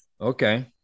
okay